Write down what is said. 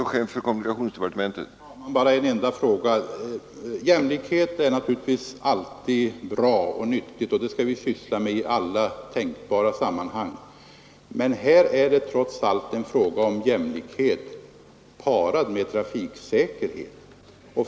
Herr talman! Bara en enda sak till. Jämlikhet är naturligtvis bra och nyttig och den skall vi syssla med i alla tänkbara sammanhang. Men här är det trots allt en fråga om jämlikhet parad med trafiksäkerhet.